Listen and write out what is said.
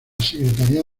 secretaría